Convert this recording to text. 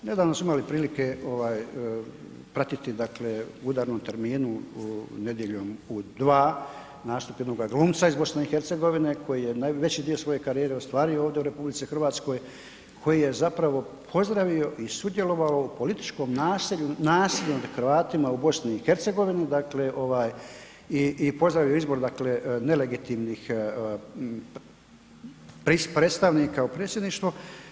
Nedavno smo imali prilike pratiti dakle u udarnom terminu Nedjeljom u dva nastup jednoga glumca iz BiH koji je veći dio svoje karijere ostvario ovdje u RH, koji je zapravo pozdravio i sudjelovao u političkom nasilju nad Hrvatima u BiH, dakle i pozdravio izbor nelegitimnih predstavnika u predstavništvo.